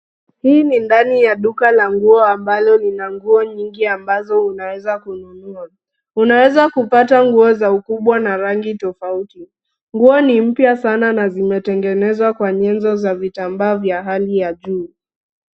Hii ni ndani ya duka la nguo ambalo lina nguo nyingi ambazo unaweza kununua. Unaweza kupata nguo za ukubwa na rangi tofauti. Nguo ni mpya sana na zimetengenezwa kwa nyenzo za vitambaa vya hali ya juu.